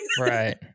Right